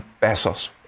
pesos